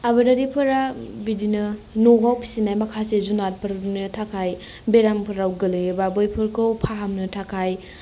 आबादारि फोरा बिदिनो न'आव फिसिनाय माखासे जुनारफोरनो थाखाय बेरामफोराव गोलैयोबा बैफोरखौ फाहामनो थाखाय